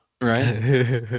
Right